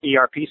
ERP